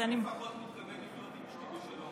אני לפחות מתכוון לחיות עם אשתי בשלום,